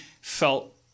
felt